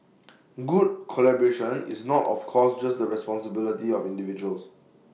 good collaboration is not of course just the responsibility of individuals